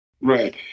Right